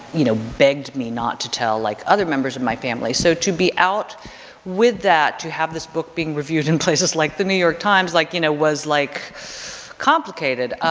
you know, begged me not to tell like other members of my family. so to be out with that, to have this book being reviewed in places like the new york times, like, you know, was like complicated.